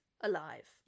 alive